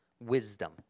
wisdom